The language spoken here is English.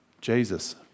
Jesus